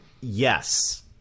yes